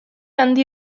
handi